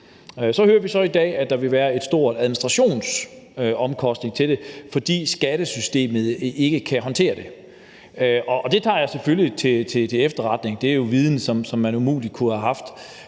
Så hører vi så i dag, at der vil være en stor administrationsomkostning ved det, fordi skattesystemet ikke kan håndtere det. Det tager jeg selvfølgelig til efterretning. Det er jo viden, som man umuligt kunne have haft.